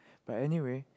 but anyway